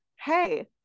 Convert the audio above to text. hey